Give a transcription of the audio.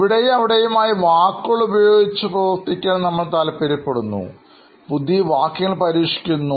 ഇവിടെയും അവിടെയും ആയ വാക്കുകൾ ഉപയോഗിച്ച് പ്രവർത്തിക്കാൻ നമ്മൾ താല്പര്യപ്പെടുന്നു പുതിയ വാക്യങ്ങൾ പരീക്ഷിക്കുന്നു